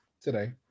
today